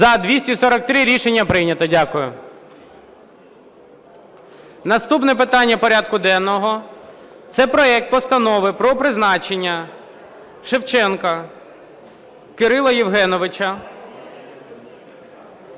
За-243 Рішення прийнято. Дякую. Наступне питання порядку денного – це проект Постанови про призначення Шевченка Кирила Євгеновича